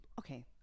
okay